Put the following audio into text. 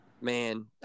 Man